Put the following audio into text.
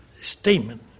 statement